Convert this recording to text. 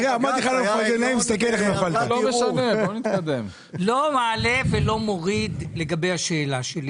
מה שבג"ץ אמר לא מעלה ולא מוריד לגבי השאלה שלי.